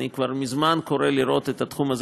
אני כבר מזמן קורא לראות את התחום הזה